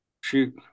shoot